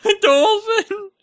Dolphin